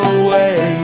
away